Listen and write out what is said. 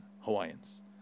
Hawaiians